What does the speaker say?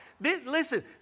Listen